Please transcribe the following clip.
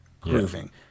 grooving